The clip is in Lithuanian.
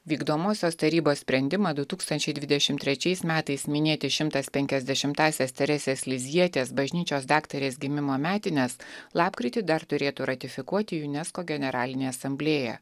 vykdomosios tarybos sprendimą du tūkstančiai dvidešimt trečiais metais minėti šimtas penkiasdešimtąsias teresės lizjetės bažnyčios daktarės gimimo metines lapkritį dar turėtų ratifikuoti unesco generalinė asamblėja